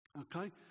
Okay